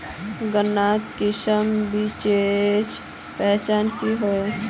गन्नात किसम बिच्चिर पहचान की होय?